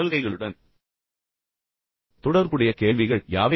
சலுகைகளுடன் தொடர்புடைய மற்ற கேள்விகள் யாவை